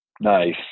nice